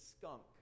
skunk